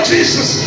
Jesus